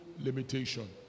limitation